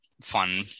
fun